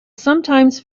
sometimes